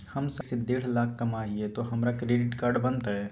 हम साल में एक से देढ लाख कमा हिये तो हमरा क्रेडिट कार्ड बनते?